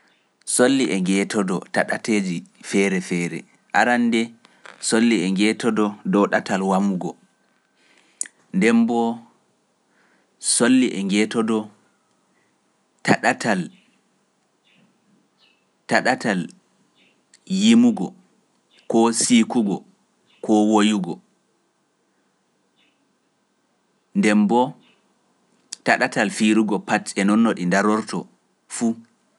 Solli e njeetodo taɗateeji feere feere, arannde solli e njeetodo dow ɗatal wamugo, nden mboo solli e njeetodo taɗatal yimugo koo siikugo koo woyugo, nden mboo taɗatal fiirugo pati e noon no ɗi ndarorto fu.